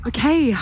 Okay